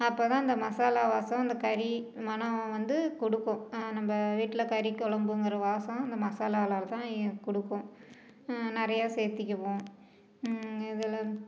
அப்போ தான் அந்த மசாலா வாசம் அந்த கறி மணம் வந்து கொடுக்கும் நம்ம வீட்டில் கறி கொழம்புங்கிற வாசம் அந்த மசாலாவில் தான் கொடுக்கும் நிறையா சேத்துக்கிவோம் இதுல